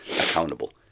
accountable